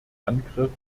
angriff